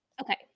Okay